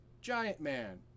Giant-Man